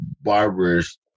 barbers